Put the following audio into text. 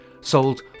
sold